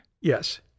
Yes